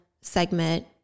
segment